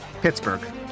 Pittsburgh